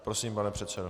Prosím, pane předsedo.